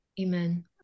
Amen